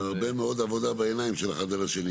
והרבה מאוד עבודה בעיניים של החבר השני,